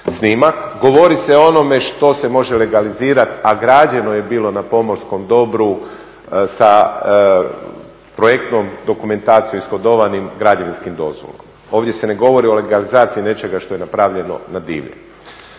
snimak, govori se o onome što se može legalizirati, a građeno je bilo na pomorskom dobru sa projektnom dokumentacijom, … građevinskim dozvolama. Ovdje se ne govori o legalizaciji nečega što je napravljeno na divlje.